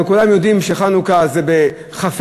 אבל כולם יודעים שחנוכה זה בכ"ה,